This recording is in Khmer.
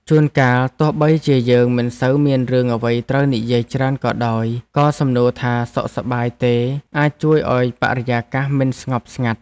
ជួនកាលទោះបីជាយើងមិនសូវមានរឿងអ្វីត្រូវនិយាយច្រើនក៏ដោយក៏សំណួរថាសុខសប្បាយទេអាចជួយឱ្យបរិយាកាសមិនស្ងប់ស្ងាត់។